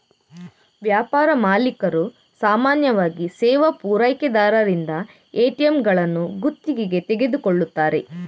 ವ್ಯಾಪಾರ ಮಾಲೀಕರು ಸಾಮಾನ್ಯವಾಗಿ ಸೇವಾ ಪೂರೈಕೆದಾರರಿಂದ ಎ.ಟಿ.ಎಂಗಳನ್ನು ಗುತ್ತಿಗೆಗೆ ತೆಗೆದುಕೊಳ್ಳುತ್ತಾರೆ